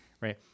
Right